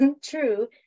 true